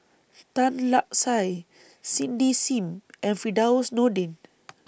Tan Lark Sye Cindy SIM and Firdaus Nordin